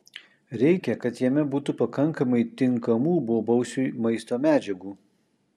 reikia kad jame būtų pakankamai tinkamų bobausiui maisto medžiagų